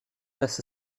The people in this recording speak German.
das